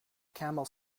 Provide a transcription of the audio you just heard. camel